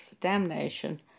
damnation